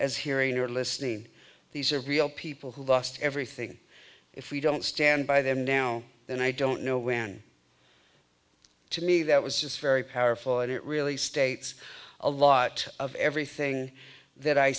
as hearing or listening these are real people who lost everything if we don't stand by them now then i don't know when to me that was just very powerful and it really states a lot of everything that i